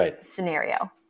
scenario